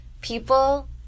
People